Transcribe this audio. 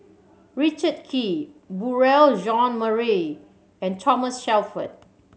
Richard Kee Beurel Jean Marie and Thomas Shelford